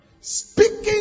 speaking